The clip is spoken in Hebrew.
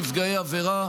נציבות נפגעי עבירה,